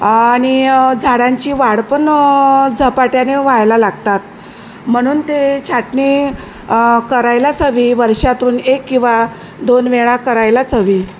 आणि झाडांची वाढ पण झपाट्याने व्हायला लागतात म्हणून ते छाटणी करायलाच हवी वर्षातून एक किंवा दोन वेळा करायलाच हवी